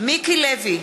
מיקי לוי,